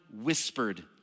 whispered